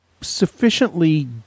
sufficiently